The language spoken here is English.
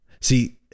See